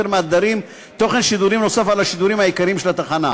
מהתדרים תוכן שידורים נוסף על השידורים העיקריים של התחנה.